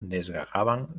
desgajaban